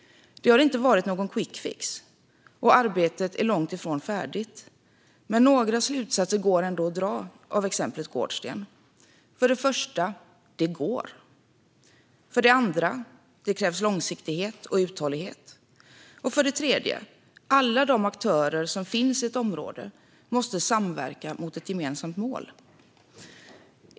Det har inte varit någon quickfix, och arbetet är långt ifrån färdigt. Men några slutsatser går ändå att dra av exemplet Gårdsten. För det första: Det går. För det andra: Det krävs långsiktighet och uthållighet. För det tredje: Alla aktörer som finns i ett område måste samverka mot ett gemensamt mål.